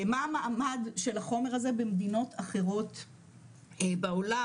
מה המעמד של החומר הזה במדינות אחרות בעולם,